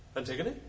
antigone,